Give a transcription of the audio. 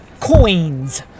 coins